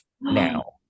now